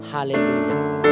Hallelujah